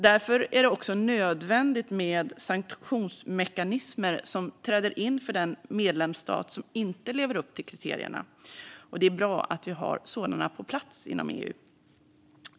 Därför är det nödvändigt med sanktionsmekanismer som träder in för den medlemsstat som inte lever upp till kriterierna, och det är bra att vi har sådana på plats inom EU.